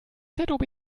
zob